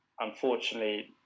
unfortunately